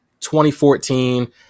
2014